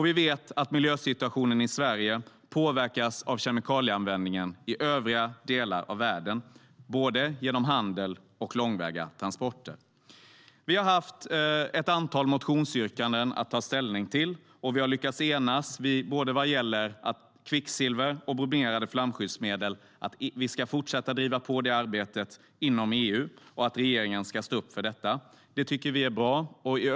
Vi vet att miljösituationen i Sverige påverkas av kemikalieanvändningen i övriga delar av världen både genom handel och långväga transporter. Vi har haft ett antal motionsyrkanden att ta ställning till. Vi har lyckats enas vad gäller att vi ska fortsätta att driva på arbetet mot användningen av kvicksilver och bromerade flamskyddsmedel inom EU och att regeringen ska stå upp för detta. Det tycker vi är bra.